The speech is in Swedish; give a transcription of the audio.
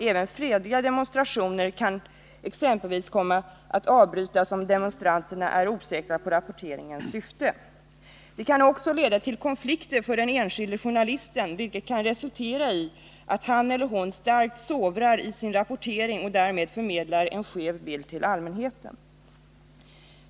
Även fredliga demonstrationer kan exempelvis komma att avbrytas, om demonstranterna är osäkra på rapporteringens syfte. Det kan också leda till konflikter för den enskilde journalisten, vilket kan resultera i att han eller hon starkt sovrar i sin rapportering och därmed förmedlar en skev bild till allmänheten.